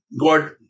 God